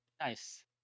nice